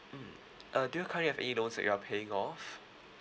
mm uh do you currently have any loans that you are paying off